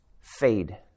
fade